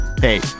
Hey